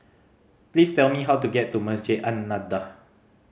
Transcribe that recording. please tell me how to get to Masjid An Nahdhah